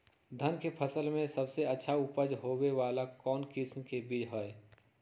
धान के फसल में सबसे अच्छा उपज होबे वाला कौन किस्म के बीज हय?